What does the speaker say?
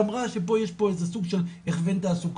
שאמרה שיש פה איזה סוג של הכוון תעסוקה.